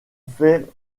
fait